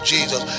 Jesus